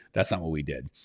that's not what we did.